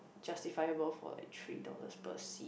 justifiable for like three dollars per seed